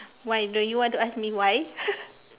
why don't you want to ask me why